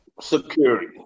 Security